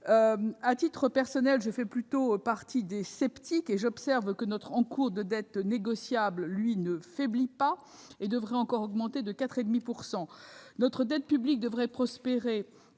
À titre personnel, je fais plutôt partie des sceptiques. J'observe que notre encours de dette négociable non seulement ne faiblit pas, mais devrait encore augmenter de 4,5 %. La dette publique devrait prospérer